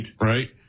Right